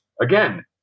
again